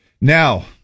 Now